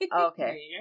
Okay